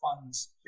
funds